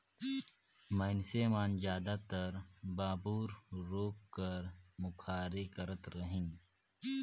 मइनसे मन जादातर बबूर रूख कर मुखारी करत रहिन